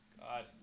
God